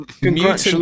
Congratulations